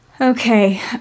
Okay